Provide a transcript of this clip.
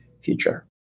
future